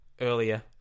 earlier